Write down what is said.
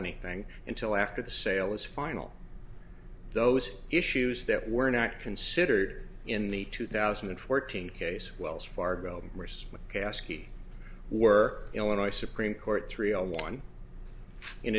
anything until after the sale is final those issues that were not considered in the two thousand and fourteen case wells fargo first mccaskey were illinois supreme court three on one in